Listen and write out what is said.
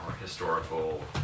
historical